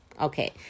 Okay